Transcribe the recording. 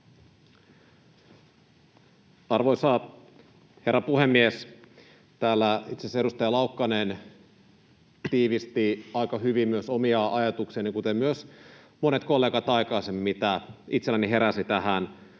Arvoisa herra puhemies! Täällä itse asiassa edustaja Laukkanen tiivisti aika hyvin myös omia ajatuksiani, kuten myös monet kollegat aikaisemmin, mitä itselläni heräsi tähän